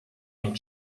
and